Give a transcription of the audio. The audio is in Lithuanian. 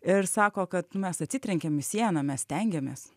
ir sako kad mes atsitrenkiam į sieną mes stengiamės